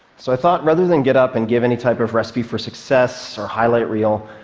so i thought rather than get up and give any type of recipe for success or highlight reel,